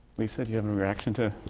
lisa, do you have any reaction to